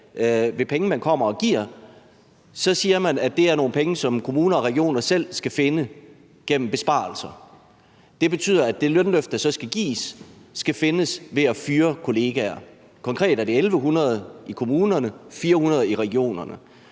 med penge, man kommer og giver, siger man, at det er nogle penge, som kommuner og regioner selv skal finde gennem besparelser. Det betyder, at det lønløft, der så skal gives, skal findes ved at fyre kollegaer. Konkret er det 1.100 i kommunerne og 400 i regionerne.